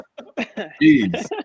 Jeez